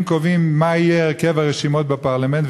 קובעים מה יהיה הרכב הרשימות בפרלמנט,